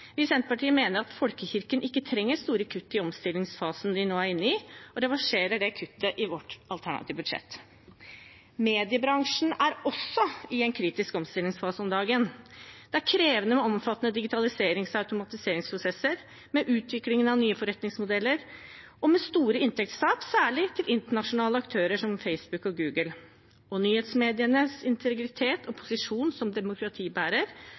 i Senterpartiet mener at folkekirken ikke trenger store kutt i den omstillingsfasen de nå er inne i, og vi reverserer det kuttet i vårt alternative budsjett. Mediebransjen er også i en kritisk omstillingsfase om dagen. Det er krevende med omfattende digitaliserings- og automatiseringsprosesser, med utviklingen av nye forretningsmodeller og med store inntektstap særlig til internasjonale aktører som Facebook og Google. Nyhetsmedienes integritet og posisjon som